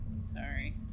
Sorry